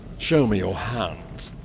show me your hands.